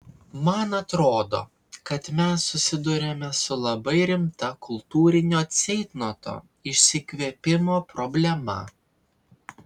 man atrodo kad mes susiduriame su labai rimta kultūrinio ceitnoto išsikvėpimo problema